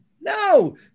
No